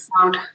sound